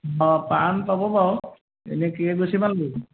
অঁ পাণ পাব বাৰু এনেই কেইগোছিমান দিম